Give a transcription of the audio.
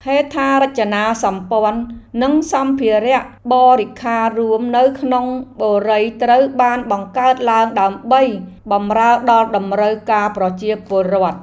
ហេដ្ឋារចនាសម្ព័ន្ធនិងសម្ភារៈបរិក្ខាររួមនៅក្នុងបុរីត្រូវបានបង្កើតឡើងដើម្បីបម្រើដល់តម្រូវការប្រជាពលរដ្ឋ។